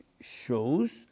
shows